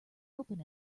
open